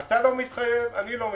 אתה לא מתחייב, אני לא מתחייב.